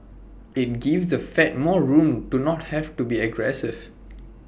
IT gives the fed more room to not have to be aggressive